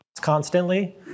constantly